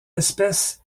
espèce